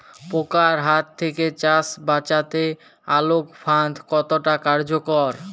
পোকার হাত থেকে চাষ বাচাতে আলোক ফাঁদ কতটা কার্যকর?